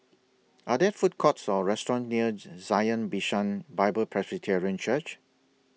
Are There Food Courts Or restaurants near Zion Bishan Bible Presbyterian Church